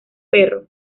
perro